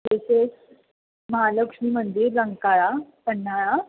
येथे महालक्ष्मी मंदिर रंकाळा पन्हाळा